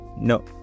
no